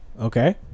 okay